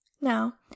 Now